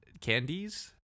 candies